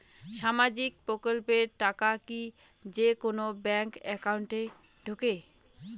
সামাজিক প্রকল্পের টাকা কি যে কুনো ব্যাংক একাউন্টে ঢুকে?